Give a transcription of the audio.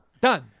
done